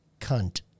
cunt